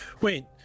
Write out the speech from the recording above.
Wait